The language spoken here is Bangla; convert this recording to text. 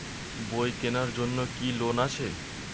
বই কেনার জন্য কি কোন লোন আছে?